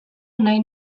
nahi